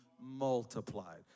multiplied